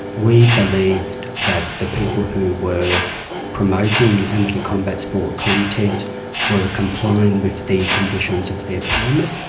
we believed that the people who were promoting amateur combat sport contests were complying with the conditions of their permit.